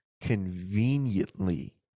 conveniently